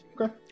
Okay